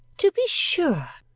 to be sure!